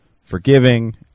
forgiving